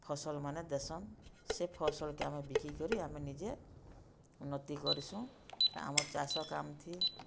ଫସଲ୍ମାନେ ଦେସନ୍ ସେ ଫସଲ୍କେ ଆମେ ବିକିକରି ଆମେ ନିଜେ ଉନ୍ନତି କରିସୁଁ ଆମ ଚାଷ କାମ୍ଥି